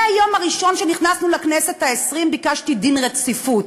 מהיום הראשון שנכנסנו לכנסת העשרים ביקשתי דין רציפות.